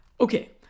okay